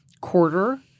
quarter